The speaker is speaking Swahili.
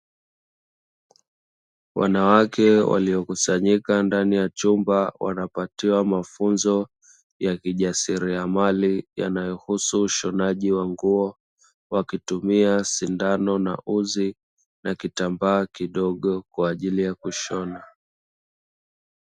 Wanawake waliokusanyika ndani ya chumba wanapatiwa mafunzo ya kijasiriamali yanayohusu ushonaji wa nguo, wakitumia sindano na uzi na kitambaa kidogo kwa ajili ya kushona.